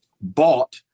bought